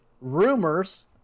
rumors